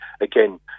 Again